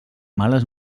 males